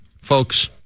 folks